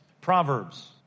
Proverbs